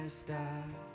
stop